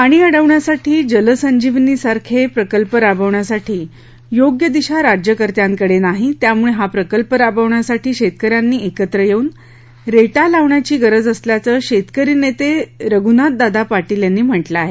पाणी अडवण्यासाठी जलसंजीवनीसारखे प्रकल्प राबवण्यासाठी योग्य दिशा राज्यकर्त्यांकडे नाही त्यामुळे हा प्रकल्प राबवण्यासाठी शेतकऱ्यांनी एकत्र येऊन रेटा लावण्याची गरज असल्याचं शेतकरी नेते रघुनाथ दादा पाटील यांनी म्हटलं आहे